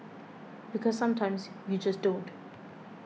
because sometimes you just don't